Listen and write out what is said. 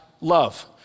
love